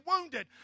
wounded